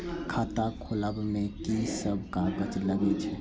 खाता खोलब में की सब कागज लगे छै?